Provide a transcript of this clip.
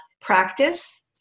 practice